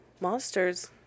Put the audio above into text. monsters